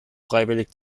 freiwillig